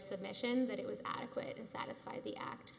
submission that it was adequate and satisfy the act